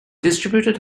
distributed